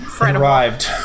arrived